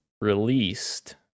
released